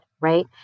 right